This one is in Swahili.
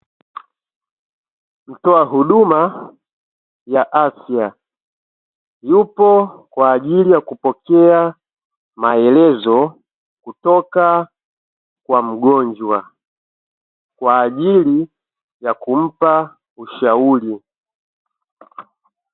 Mtoa huduma ya afya yupo kwa ajili ya kupokea maelezo, kutoka kwa mgonjwa. Kwa ajili ya kumpa ushauri.